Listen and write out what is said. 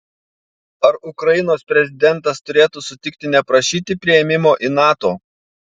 ar ukrainos prezidentas turėtų sutikti neprašyti priėmimo į nato